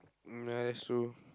ya that's true